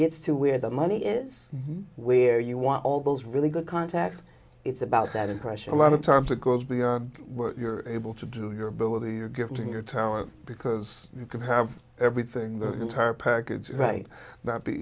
gets to where the money is where you want all those really good contacts it's about that impression a lot of time to goes beyond what you're able to do with your ability your given your talent because you can have everything the entire package right